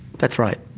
that's right.